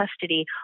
custody